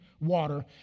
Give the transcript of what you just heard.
water